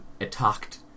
attacked